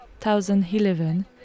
2011